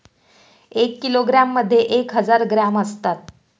एक किलोग्रॅममध्ये एक हजार ग्रॅम असतात